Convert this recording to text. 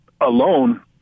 alone